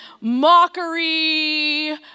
mockery